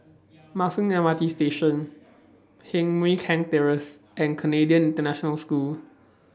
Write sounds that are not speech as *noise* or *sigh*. *noise* Marsiling M R T Station Heng Mui Keng Terrace and Canadian International School